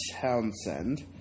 Townsend